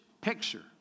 picture